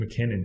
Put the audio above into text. McKinnon